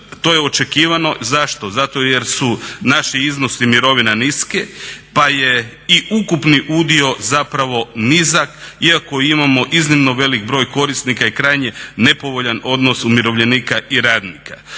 To je očekivano. Zašto? zato jer su naši iznosi mirovina niske pa je i ukupni udio zapravo nizak iako imamo iznimno velik broj korisnika i krajnje nepovoljan odnos umirovljenika i radnika.